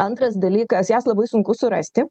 antras dalykas jas labai sunku surasti